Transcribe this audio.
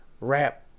rap